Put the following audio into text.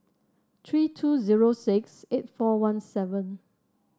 three two zero six eight four one seven